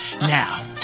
Now